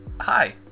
hi